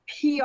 PR